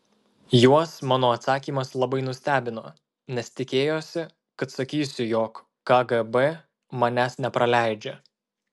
juos mano atsakymas labai nustebino nes tikėjosi kad sakysiu jog kgb manęs nepraleidžia